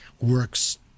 works